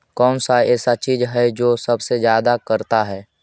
कौन सा ऐसा चीज है जो सबसे ज्यादा करता है?